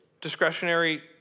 discretionary